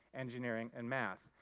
engineering and math.